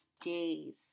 days